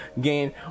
game